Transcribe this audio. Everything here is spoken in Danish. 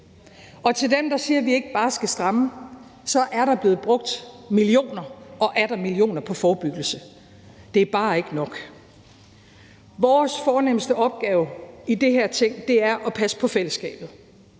Til dem, der siger, at vi ikke bare skal stramme, vil jeg sige, at der er blevet brugt millioner og atter millioner af kroner på forebyggelse. Det er bare ikke nok. Vores fornemste opgave i det her Ting er at passe på fællesskabet.